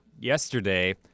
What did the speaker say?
yesterday